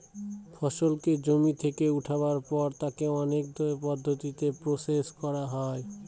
ফসলকে জমি থেকে উঠাবার পর তাকে অনেক পদ্ধতিতে প্রসেস করা হয়